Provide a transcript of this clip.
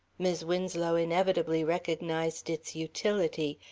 mis' winslow inevitably recognized its utility,